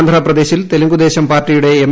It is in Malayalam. ആന്ധ്രാപ്രദേശിൽ തെലുങ്ക് ദേശം പാർട്ടിയുടെ എം